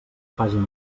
pàgina